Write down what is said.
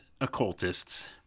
occultists